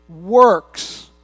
works